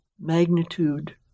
magnitude